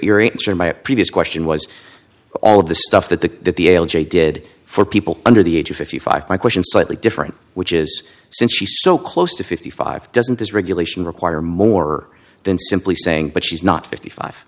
your share my previous question was all of the stuff that the they did for people under the age of fifty five my question slightly different which is since she so close to fifty five doesn't this regulation require more than simply saying but she's not fifty five